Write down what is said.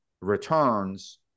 returns